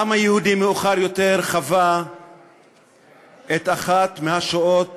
העם היהודי מאוחר יותר חווה את אחת השואות